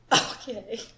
Okay